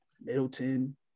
Middleton